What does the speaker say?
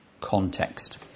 context